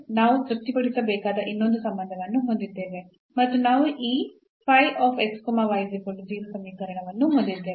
ನಾವು ತೃಪ್ತಿಪಡಿಸಬೇಕಾದ ಇನ್ನೊಂದು ಸಂಬಂಧವನ್ನು ಹೊಂದಿದ್ದೇವೆ ಮತ್ತು ನಾವು ಈ ಸಮೀಕರಣವನ್ನು ಹೊಂದಿದ್ದೇವೆ